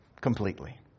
completely